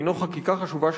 הינו חקיקה חשובה,